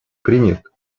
принят